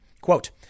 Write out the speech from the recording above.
Quote